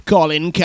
Colin